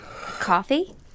Coffee